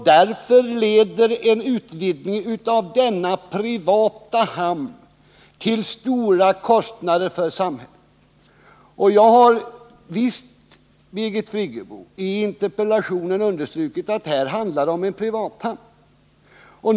Därför leder en utvidgning av denna privata hamn till stora kostnader för samhället. Jag har visst, Birgit Friggebo, i interpellationen understrukit att det här är fråga om en privat hamn.